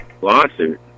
Lawsuit